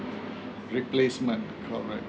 replacement correct